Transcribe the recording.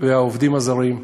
והעובדים הזרים,